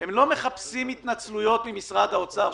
הם לא מחפשים התנצלויות ממשרד האוצר.